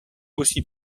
aussi